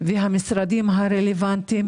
והמשרדים הרלוונטיים?